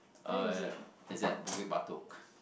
uh it's at Bukit-Batok